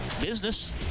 business